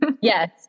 Yes